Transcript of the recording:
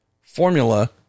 formula